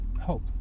hope